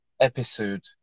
episode